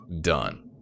done